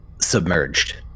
submerged